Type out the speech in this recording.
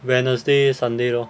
wednesday sunday lor